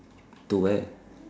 to where